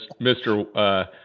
Mr